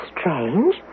strange